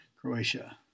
Croatia